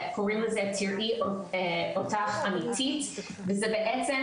קוראים לזה "תראי אותך אמיתית" וזה בעצם